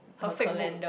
her fake book